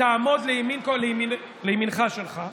שתעמוד לימין, קודם כול לימינך שלך.